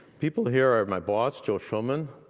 people here are my boss, joe shulman,